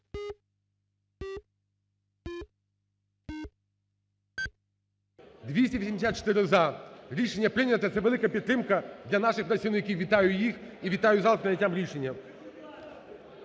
За-284 Рішення прийнято. Це велика підтримка для наших працівників. Вітаю їх і вітаю зал з прийняття рішення.